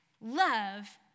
Love